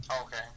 Okay